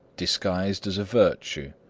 disguised as a virtue.